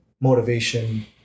motivation